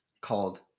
called